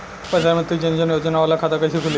प्रधान मंत्री जन धन योजना वाला खाता कईसे खुली?